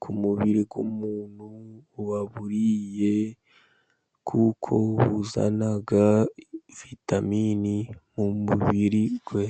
ku mubiri w'umuntu waburiye, kuko buzana vitaminini mu mubiri we.